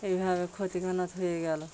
এইভাবে ক্ষতি হয়ে গেলো